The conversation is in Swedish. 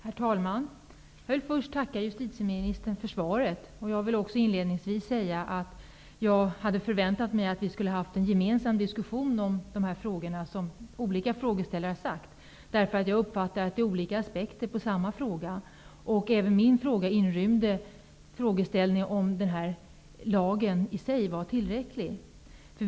Herr talman! Jag vill först tacka justitieministern för svaret. Jag vill också inledningsvis säga att jag hade förväntat mig att vi skulle ha haft en gemensam diskussion om de frågor som olika frågeställare har tagit upp, eftersom jag anser att det rör sig om olika aspekter på samma fråga. Även min fråga inrymde frågeställningen om den här lagen i sig är tillräcklig.